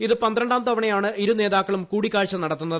ഇത് പന്ത്ര ാം തവണയാണ് ഇരു നേതാക്കളും കൂടിക്കാഴ്ച നടത്തുന്നത്